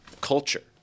culture